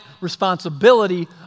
responsibility